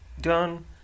done